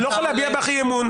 אני לא יכול להביע בך אי אמון,